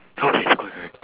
okay correct correct